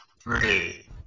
three